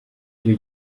icyo